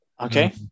Okay